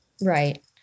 Right